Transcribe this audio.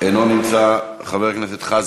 אינו נמצא, חבר הכנסת חזן,